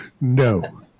No